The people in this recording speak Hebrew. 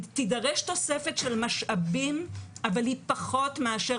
תידרש תוספת של משאבים אבל היא פחות מאשר